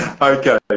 Okay